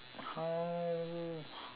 how